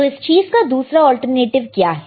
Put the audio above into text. तो इस चीज का दूसरा अल्टरनेटीव क्या है